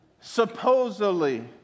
supposedly